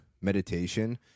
meditation